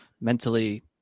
mentally